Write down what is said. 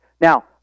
Now